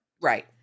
Right